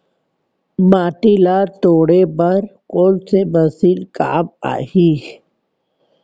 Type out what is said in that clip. माटी ल तोड़े बर कोन से मशीन काम आही?